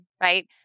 right